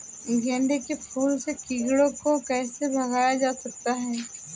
गेंदे के फूल से कीड़ों को कैसे भगाया जा सकता है?